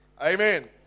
Amen